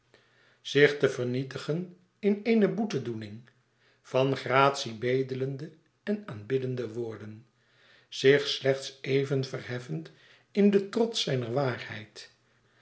zich te vernietigen in eene boetedoening van gratie bedelende en aanbiddende woorden zich slechts éven verheffend in den trots zijner waarheid